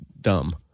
dumb